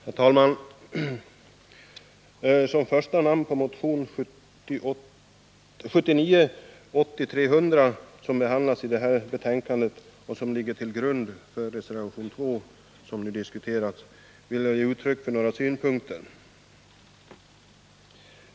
Herr talman! I egenskap av första undertecknare av motion 1979/80:300, som behandlas i förevarande betänkande och som ligger till grund för reservation 2, vilken här varit föremål för diskussion, vill jag föra fram några synpunkter.